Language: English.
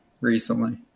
recently